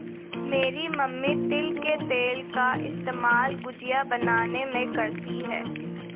मेरी मम्मी तिल के तेल का इस्तेमाल गुजिया बनाने में करती है